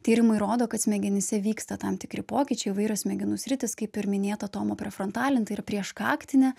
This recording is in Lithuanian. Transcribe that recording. tyrimai rodo kad smegenyse vyksta tam tikri pokyčiai įvairios smegenų sritys kaip ir minėta tomo prefrontalinė ir prieškaktinė